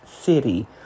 city